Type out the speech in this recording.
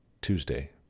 Tuesday